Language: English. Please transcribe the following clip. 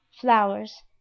flowers